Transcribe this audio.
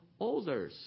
olders